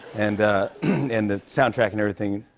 and ah and the soundtrack and everything.